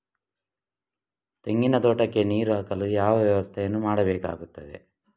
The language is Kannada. ತೆಂಗಿನ ತೋಟಕ್ಕೆ ನೀರು ಹಾಕಲು ಯಾವ ವ್ಯವಸ್ಥೆಯನ್ನು ಮಾಡಬೇಕಾಗ್ತದೆ?